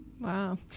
Wow